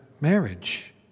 marriage